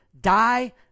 die